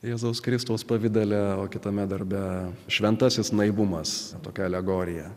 jėzaus kristaus pavidale o kitame darbe šventasis naivumas tokia alegorija